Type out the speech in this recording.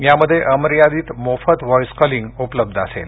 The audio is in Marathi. यामध्ये अमर्यादित मोफत व्हॉईस कॉलिंग उपलब्ध असेल